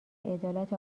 عدالت